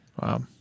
Wow